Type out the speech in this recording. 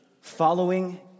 following